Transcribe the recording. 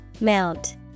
Mount